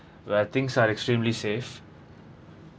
where things are extremely safe